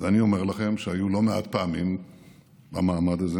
ואני אומר לכם שהיו לא מעט פעמים במעמד הזה